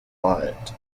but